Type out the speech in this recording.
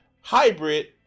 Hybrid